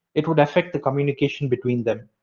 it would affect the communication between them.